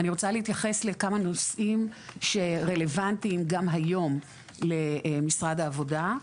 אני רוצה להתייחס לכמה נושאים שרלבנטיים גם היום למשרד העבודה.